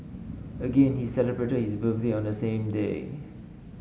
again he celebrated his birthday on the same day